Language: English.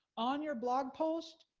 on your blog post,